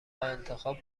انتخاب